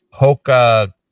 Hoka